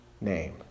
name